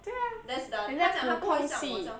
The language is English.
对 ah 不够细